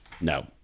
No